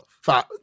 Five